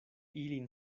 ilin